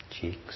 cheeks